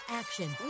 action